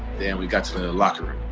then we got to the locker room.